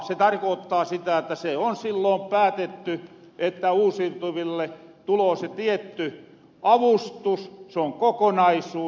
se tarkoottaa sitä että se on silloon päätetty että uusiutuville tuloo se tietty avustus se on kokonaisuus